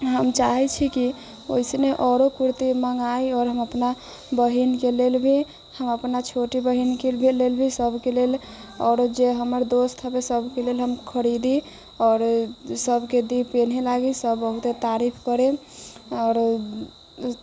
हम चाहै छी कि वएसने आओरो कुर्ती मँगाइ आओर हम अपना बहिनके लेल भी हम अपना छोटी बहिनके लेल भी सबके लेल आओरो जे हमर दोस्त हेबै सबके लेल हम खरीदी आओर सबके दी पहिने लागी सब बहुते तारीफ करै आओर